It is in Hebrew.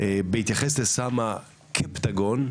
בהתייחס לסם הפנטגון,